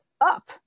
up